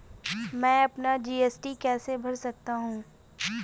मैं अपना जी.एस.टी कैसे भर सकता हूँ?